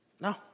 No